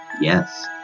Yes